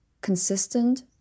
consistent